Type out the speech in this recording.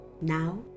Now